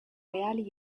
reali